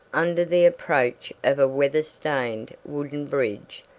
under the approach of a weather-stained wooden bridge,